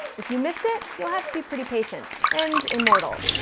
if you missed it, you'll have to be pretty patient. and immortal.